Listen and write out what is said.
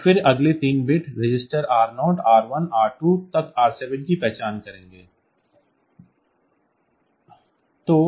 और फिर अगले तीन bits register R0 R1 R2 तक R7 की पहचान करेंगे